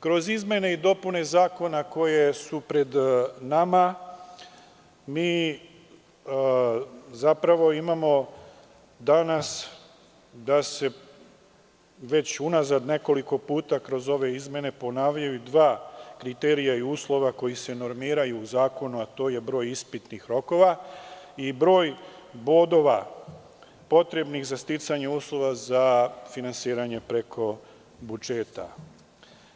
Kroz izmene i dopune zakona koje su pred nama mi zapravo imamo danas da se već unazad nekoliko puta kroz ove izmene ponavljaju dva kriterijuma i uslova koji se normiraju u zakonu, a to je broj ispitnih rokova i broj bodova potrebnih za sticanje uslova za finansiranje preko budžeta